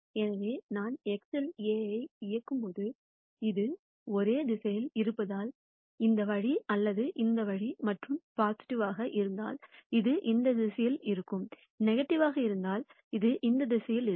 எனவே நான் x இல் A ஐ இயக்கும்போது அது ஒரே திசையில் இருப்பதால் இந்த வழி அல்லது இந்த வழி மற்றும் பாசிட்டிவ் இருந்தால் அது இந்த திசையில் இருக்கும் நெகட்டீவ்வாக இருந்தால் அது இந்த திசையில் இருக்கும்